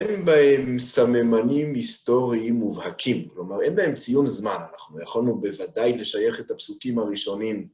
אין בהם סממנים היסטוריים מובהקים, כלומר, אין בהם ציון זמן, אנחנו יכולנו בוודאי לשייך את הפסוקים הראשונים.